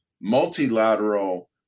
multilateral